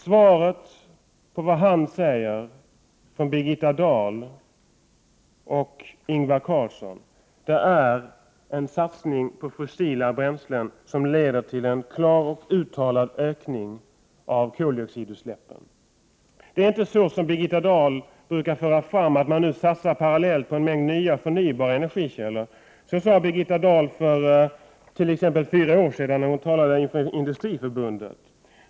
Svaret från Birgitta Dahl och Ingvar Carlsson på det presidenten säger är en satsning på fossila bränslen, som leder till en klar och uttalad ökning av koldioxidutsläppen. Det är inte så som Birgitta Dahl brukar föra fram att man nu satsar parallellt på en mängd nya förnybara energikällor. Det sade Birgitta Dahl t.ex. för fyra år sedan när hon talade inför Industriförbundet.